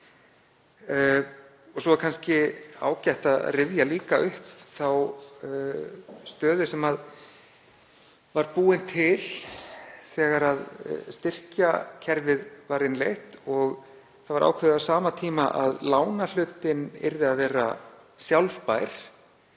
Og svo er kannski ágætt að rifja líka upp þá stöðu sem var búin til þegar styrkjakerfið var innleitt og ákveðið á sama tíma að lánahlutinn yrði að vera sjálfbær